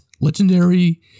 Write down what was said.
legendary